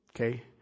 Okay